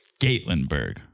Gatlinburg